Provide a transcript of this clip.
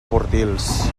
bordils